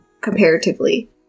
comparatively